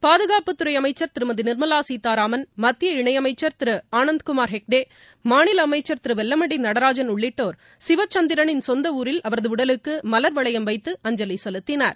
பாதுகாப்புத் துறை அமைச்சர் திருமதி நிர்மலா சீதாராமன் மத்திய இணையமைச்சர் திரு அனந்தகுமார் ஹெக்டே மாநில அமைச்சர் திரு வெல்லமண்டி நடராஜன் உள்ளிட்டோர் சிவச்சந்திரனின் சொந்த ஊரில் அவரது உடலுக்கு மலர் வளையம் வைத்து அஞ்சலி செலுத்தினர்